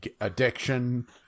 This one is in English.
addiction